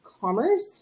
Commerce